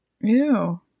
Ew